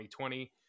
2020